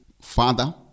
Father